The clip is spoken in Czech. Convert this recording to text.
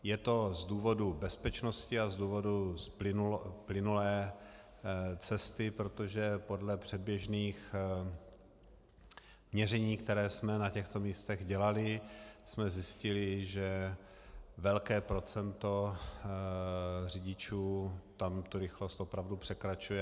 Je to z důvodu bezpečnosti a z důvodu plynulé cesty, protože podle předběžných měření, která jsme na těchto místech dělali, jsme zjistili, že velké procento řidičů tam rychlost opravdu překračuje.